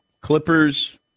Clippers